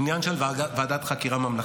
עניין של ועדת חקירה ממלכתית.